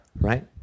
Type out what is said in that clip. right